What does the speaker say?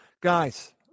guys